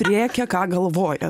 rėkia ką galvoja